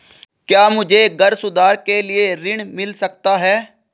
क्या मुझे घर सुधार के लिए ऋण मिल सकता है?